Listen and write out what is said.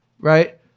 Right